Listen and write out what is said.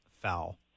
foul